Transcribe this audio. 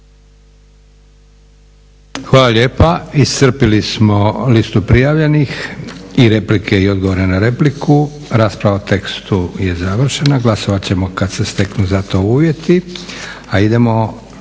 Hvala lijepa. Iscrpili smo listu prijavljenih i replike i odgovore na repliku. Rasprava o tekstu je završena. Glasovat ćemo kada se steknu za to uvjeti. **Leko,